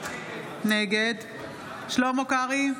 נגד שלמה קרעי,